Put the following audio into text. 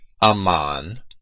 aman